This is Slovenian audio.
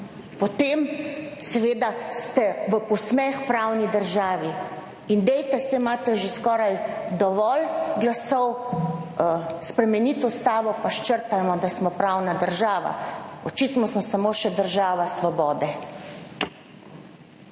potem seveda ste v posmeh pravni državi. Dajte saj imate že skoraj dovolj glasov spremeniti Ustavo pa sčrtajmo, da smo pravna država, očitno smo samo še država svobode.